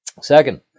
Second